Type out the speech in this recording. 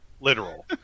Literal